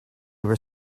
were